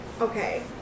okay